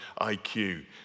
IQ